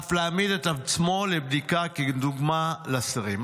ואף להעמיד את עצמו לבדיקה, כדוגמה לשרים.